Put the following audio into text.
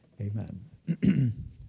Amen